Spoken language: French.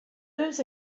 deux